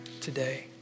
today